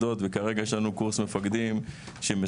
יחידות וכרגע יש לנו קורס מפקדים שמסיים